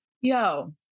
yo